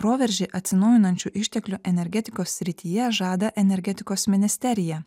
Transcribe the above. proveržį atsinaujinančių išteklių energetikos srityje žada energetikos ministerija